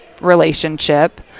relationship